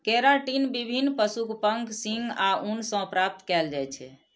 keratin विभिन्न पशुक पंख, सींग आ ऊन सं प्राप्त कैल जाइ छै